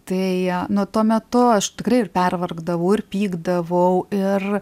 tai nu tuo metu aš tikrai ir pervargdavau ir pykdavau ir